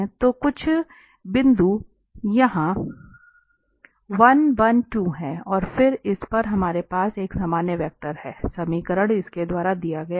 तो कुछ बिंदु यह 112 है और फिर इस पर हमारे पास यह सामान्य वेक्टर है समीकरण इसके द्वारा दिया गया है